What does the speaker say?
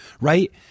right